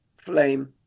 flame